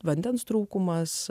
vandens trūkumas